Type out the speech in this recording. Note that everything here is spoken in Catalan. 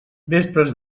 vespres